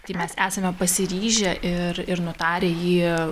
tai mes esame pasiryžę ir ir nutarę jį